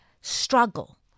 struggle